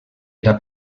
era